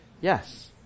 yes